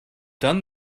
done